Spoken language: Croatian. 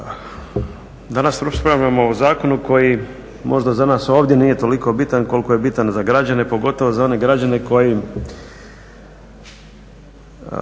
Danas raspravljamo o zakonu koji možda za nas nije ovdje nije toliko bitan koliko je bitan za građane pogotovo zaone građane koji